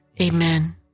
Amen